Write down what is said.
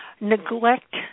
neglect